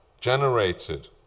generated